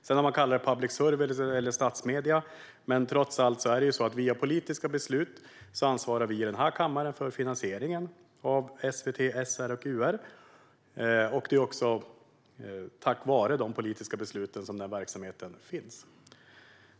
Antingen man kallar det public service eller statsmedier är det vi här i kammaren som via politiska beslut ansvarar för finansieringen av SVT, SR och UR. Det är också tack vare de politiska besluten som denna verksamhet finns.